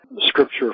Scripture